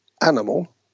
animal